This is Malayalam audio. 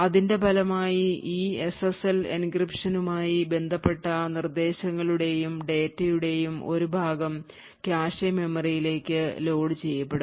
അതിന്റെ ഫലമായി ഈ എസ്എസ്എൽ എൻക്രിപ്ഷനുമായി ബന്ധപ്പെട്ട നിർദ്ദേശങ്ങളുടെയും ഡാറ്റയുടെയും ഒരു ഭാഗം കാഷെ മെമ്മറിയിലേക്ക് ലോഡുചെയ്യപ്പെടും